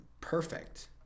perfect